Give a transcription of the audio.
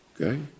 Okay